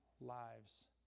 lives